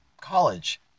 college